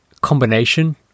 combination